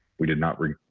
we did not reach.